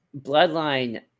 bloodline